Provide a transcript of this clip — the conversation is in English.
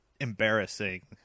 embarrassing